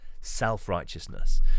Self-righteousness